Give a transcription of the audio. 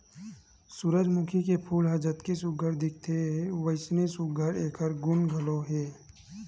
सूरजमूखी के फूल ह जतके सुग्घर दिखथे वइसने सुघ्घर एखर गुन घलो हे